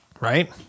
right